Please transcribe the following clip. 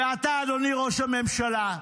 ואתה, אדוני ראש הממשלה,